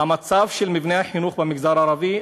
המצב של מבני החינוך במגזר הערבי,